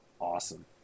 awesome